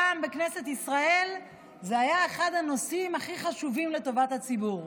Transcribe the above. פעם בכנסת ישראל זה היה אחד הנושאים הכי חשובים לטובת הציבור.